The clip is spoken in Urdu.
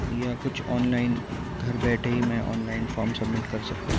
یا کچھ آن لائن گھر بیٹھے ہی میں آن لائن فام سبمٹ کر سکتا ہوں